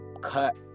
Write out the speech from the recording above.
cut